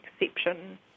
exception